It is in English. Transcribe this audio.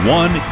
one